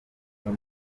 wese